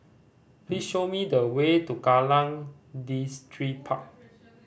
please show me the way to Kallang Distripark